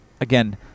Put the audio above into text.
again